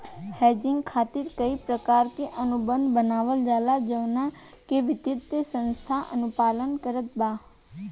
hedging खातिर कई प्रकार के अनुबंध बनावल जाला जवना के वित्तीय संस्था अनुपालन करत बा